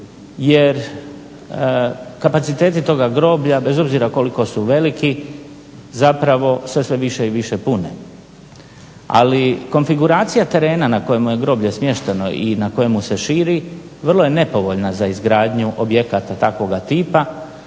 jer kapaciteti toga groblja bez obzira koliko su veliki zapravo sve se više i više pune. Ali konfiguracija terena na kojemu je groblje smješteno i na kojemu se širi vrlo je nepovoljna za izgradnju objekata takvoga tipa